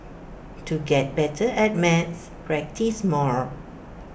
to get better at maths practise more